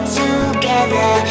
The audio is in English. together